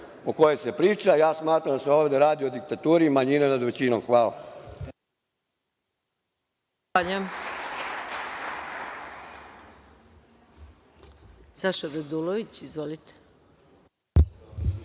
o kojoj se priča. Ja smatram da se ovde radi o diktaturi manjine nad većinom. Hvala.